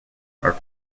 are